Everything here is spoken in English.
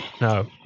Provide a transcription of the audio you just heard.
No